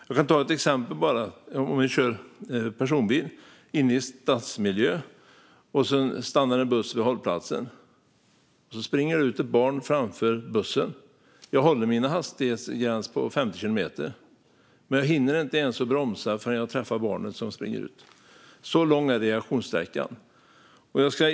Jag kan ta ett exempel: Man kör en personbil i stadsmiljö, det stannar en buss vid hållplatsen och så springer det ut ett barn framför bussen. Man håller hastighetsgränsen på 50 kilometer men hinner inte ens bromsa förrän man träffar barnet som springer ut. Så lång är reaktionssträckan.